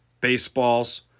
baseballs